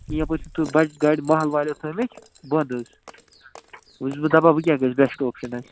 کیٚنہہ یَپٲرۍ چھِ بَجہٕ گاڑِ محل والیو تھٲے مٕتۍ بند حظ وٕ چھُس بہٕ دَپان وٕ کیٛاہ گژھِ بیسٹہٕ اوٚپشَن حظ